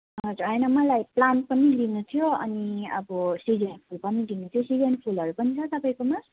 हजुर होइन मलाई प्लान्ट पनि लिनु थियो अनि अब सिजन फुल पनि लिनु थियो सिजन फुलहरू पनि छ तपाईँकोमा